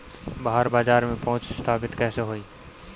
बाहर बाजार में पहुंच स्थापित कैसे होई?